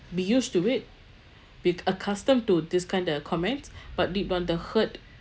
be used to it be ac~ accustomed to this kind of comment but deep down the hurt